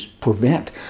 prevent